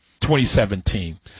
2017